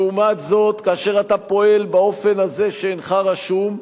לעומת זאת, כאשר אתה פועל באופן הזה, שאינך רשום,